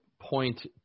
point